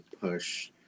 push